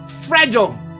fragile